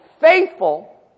faithful